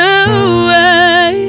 away